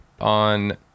on